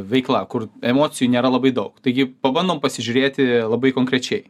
veikla kur emocijų nėra labai daug taigi pabandom pasižiūrėti labai konkrečiai